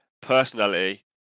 Personality